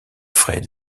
frais